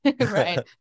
right